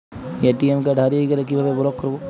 ATM card হারিয়ে গেলে কিভাবে ব্লক করবো?